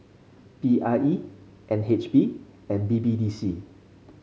P I E N H B and B B D C